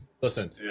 Listen